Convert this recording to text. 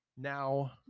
Now